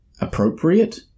appropriate